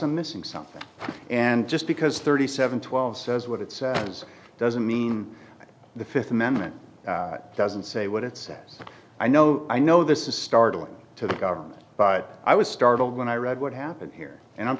i'm missing something and just because thirty seven twelve says what it says doesn't mean that the fifth amendment doesn't say what it says i know i know this is startling to the government but i was startled when i read what happened here and i'm